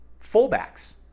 fullbacks